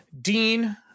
Dean